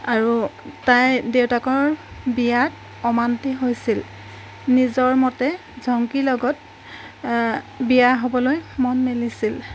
আৰু তাই দেউতাকৰ বিয়াত অমান্তি হৈছিল নিজৰ মতে জংকীৰ লগত বিয়া হ'বলৈ মন মেলিছিল